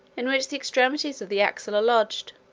in which the extremities of the axle are lodged,